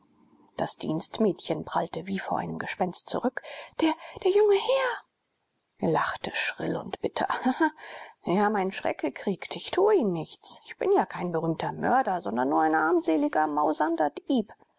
das dienstmädchen prallte wie vor einem gespenst zurück der der junge herr er lachte schrill und bitter haha sie haben einen schreck gekriegt ich tue ihnen nichts ich bin ja kein berühmter mörder sondern nur ein armselig mausender